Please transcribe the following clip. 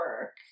work